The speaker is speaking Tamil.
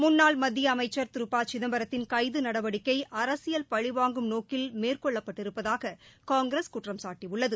முன்னாள் மத்திய அமைச்சா் திரு ப சிதம்பத்தின் கைது நடவடிக்கை அரசியல் பழிவாங்கும் நோக்கில் மேற்கொள்ளப்பட்டிருப்பதாக காங்கிரஸ் குற்றம்சாட்டியுள்ளது